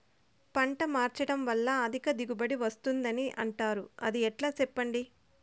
పంట మార్చడం వల్ల అధిక దిగుబడి వస్తుందని అంటారు అది ఎట్లా సెప్పండి